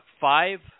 Five